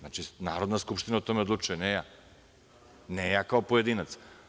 Narodna skupština o tome odlučuje, a ne ja, kao pojedinac.